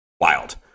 Wild